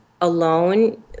alone